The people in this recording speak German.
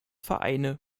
vereine